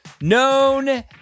known